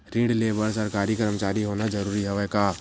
ऋण ले बर सरकारी कर्मचारी होना जरूरी हवय का?